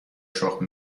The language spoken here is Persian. شخم